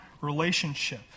relationship